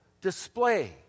display